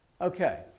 okay